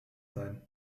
sein